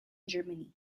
germany